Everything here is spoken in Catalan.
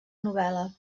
novel·la